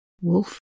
Wolf